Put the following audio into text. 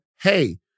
hey